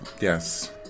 Yes